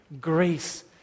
grace